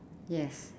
yes